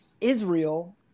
Israel